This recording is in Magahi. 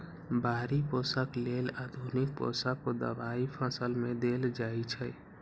बाहरि पोषक लेल आधुनिक पोषक दबाई फसल में देल जाइछइ